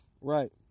right